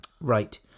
Right